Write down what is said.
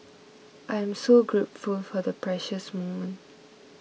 I am so grateful for the precious moment